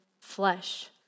flesh